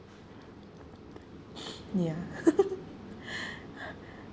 ya